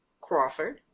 Crawford